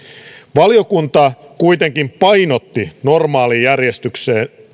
valiokunta kuitenkin painotti normaalijärjestyksen